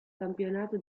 campionato